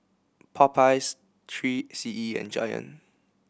Popeyes Three C E and Giant